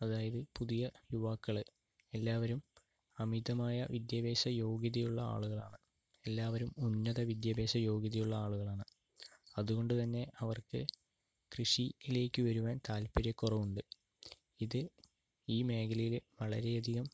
അതായത് പുതിയ യുവാക്കള് എല്ലാവരും അമിതമായ വിദ്യാഭ്യാസയോഗ്യതയുള്ള ആളുകളാണ് എല്ലാവരും ഉന്നതവിദ്യാഭ്യാസ യോഗ്യതയുള്ള ആളുകളാണ് അതുകൊണ്ടുതന്നെ അവര്ക്ക് കൃഷിയിലേക്ക് വരുവാന് താല്പര്യക്കുറവുണ്ട് ഇത് ഈ മേഖലയില് വളരെയധികം